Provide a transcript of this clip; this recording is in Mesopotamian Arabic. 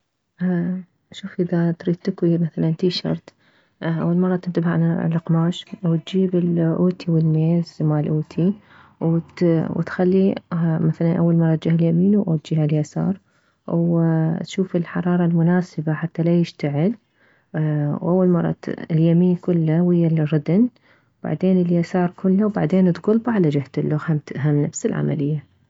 شوف اذا تريد تكوي مثلا تيشرت اول مرة تنتبه عالقماش وتجيب الاوتي والميز مالاوتي وتخليه مثلا اول مرة جهة اليمين او جهة اليسار وتشوف الحرارة المناسبة حتى لا يشتعل واول مرة اليمين كله ويه الردن وبعدين اليسار كله وبعدين تكلبه على جهة الخ هم نفس العملية